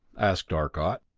asked arcot.